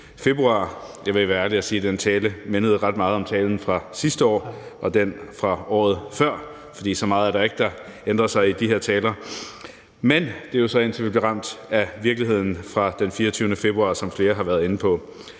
februar, og jeg vil være ærlig og sige, at den tale mindede ret meget om talen fra sidste år og den fra året før, for så meget er der ikke, der har ændret sig i forhold til de her taler. Men det var jo så, indtil vi blev ramt af virkeligheden den 24. februar, som flere har været inde på.